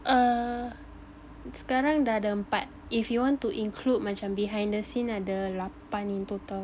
err sekarang dah ada empat if you want to include macam behind the scenes ada lapan in total